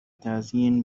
تزیین